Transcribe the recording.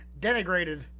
denigrated